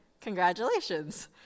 congratulations